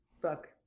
book